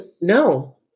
No